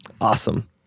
awesome